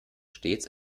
stets